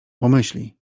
pomyśli